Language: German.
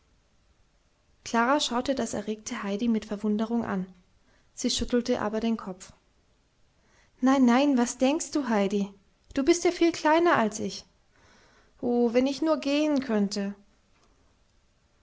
klara schaute das erregte heidi mit verwunderung an sie schüttelte aber den kopf nein nein was denkst du heidi du bist ja viel kleiner als ich oh wenn ich nur gehen könnte